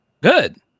Good